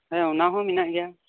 ᱦᱮᱸ ᱚᱱᱟ ᱦᱚᱸ ᱢᱮᱱᱟᱜ ᱜᱮᱭᱟ